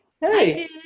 hey